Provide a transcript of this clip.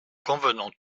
convenons